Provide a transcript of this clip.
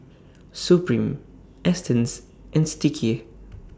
Supreme Astons and Sticky